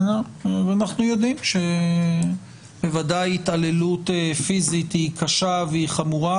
ואנחנו יודעים שבוודאי התעללות פיזית היא קשה והיא חמורה,